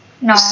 No